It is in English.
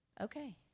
Okay